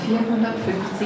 450